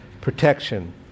protection